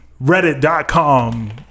reddit.com